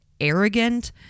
arrogant